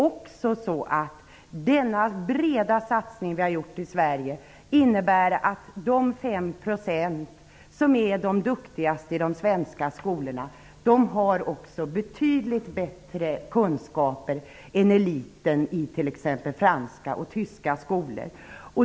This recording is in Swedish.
Dels innebär den breda satsning vi har gjort i Sverige att de 5 % som är duktigast i de svenska skolorna också har betydligt bättre kunskaper än eliten i t.ex. franska eller tyska skolor.